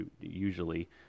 usually